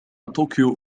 طوكيو